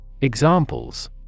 Examples